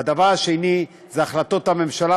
והדבר השני זה החלטות הממשלה,